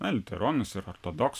na liuteronus ir ortodoksus